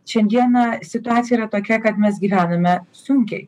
šiandieną situacija yra tokia kad mes gyvename sunkiai